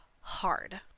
hard